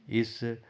ਇਸ